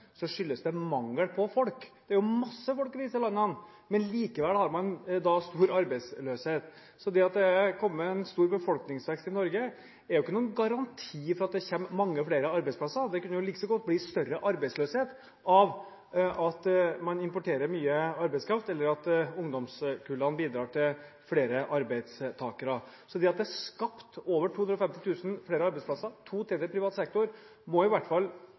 skyldes det mangel på folk. Det er masse folk i disse landene. Likevel har man stor arbeidsløshet. Så det at det har blitt en stor befolkningsvekst i Norge, er ingen garanti for at det kommer mange flere arbeidsplasser. Det kunne like godt blitt større arbeidsløshet av at man importerer mye arbeidskraft, eller at ungdomskullene bidrar til at det blir flere arbeidstakere. Så det at det er skapt over 250 000 flere arbeidsplasser – to tredjedeler i privat sektor – må